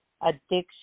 addiction